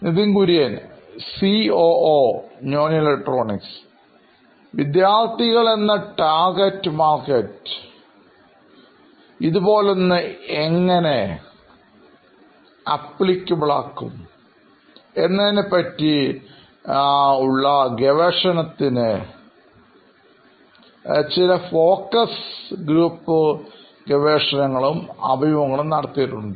Nitin Kurian COO നോയിൻ electronics വിദ്യാർഥികൾ എന്ന ടാർജറ്റ് മാർക്കറ്റിന് ഇതുപോലൊന്ന് എങ്ങനെ പ്രാവർത്തികമാക്കും എന്നതിനെക്കുറിച്ചുള്ള ഗവേഷണത്തിന് അടിസ്ഥാനത്തിൽ ഞങ്ങൾ ചില ഫോക്കസ് ഗ്രൂപ്പ് ഗവേഷണങ്ങളും അഭിമുഖങ്ങളും നടത്തിയിട്ടുണ്ട്